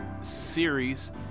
series